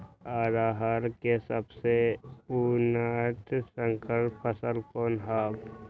अरहर के सबसे उन्नत संकर फसल कौन हव?